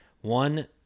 one